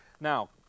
Now